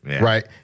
right